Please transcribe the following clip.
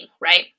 right